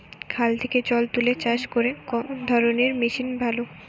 খাল থেকে জল তুলে চাষ করতে কোন ধরনের মেশিন ভালো?